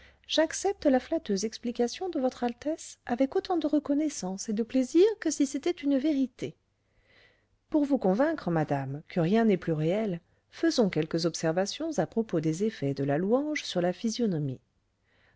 j'accepte la flatteuse explication de votre altesse avec autant de reconnaissance et de plaisir que si c'était une vérité pour vous convaincre madame que rien n'est plus réel faisons quelques observations à propos des effets de la louange sur la physionomie